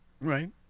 Right